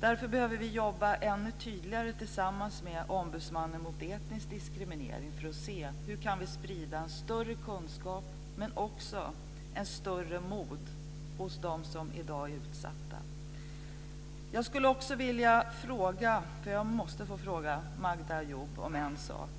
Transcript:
Därför behöver vi jobba ännu tydligare tillsammans med ombudsmannen mot etnisk diskriminering för att se hur vi kan sprida en större kunskap men också ett större mod hos dem som i dag är utsatta. Jag måste få fråga Magda Ayoub om en sak.